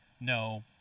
no